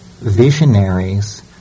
visionaries